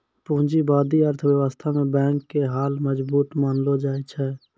पूंजीबादी अर्थव्यवस्था मे बैंक के हाल मजबूत मानलो जाय छै